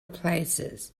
places